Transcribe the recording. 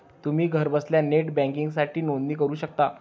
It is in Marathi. तुम्ही घरबसल्या नेट बँकिंगसाठी नोंदणी करू शकता